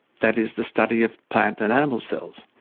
that is the study of plant and animal cells.